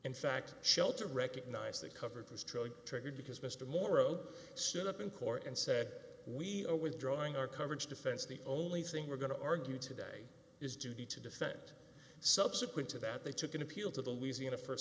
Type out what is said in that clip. in fact shell to recognize that covered this trial triggered because mr morrow stood up in court and said we are withdrawing our coverage defense the only thing we're going to argue today is duty to defend it subsequent to that they took an appeal to the louisiana for a